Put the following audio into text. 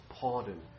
pardon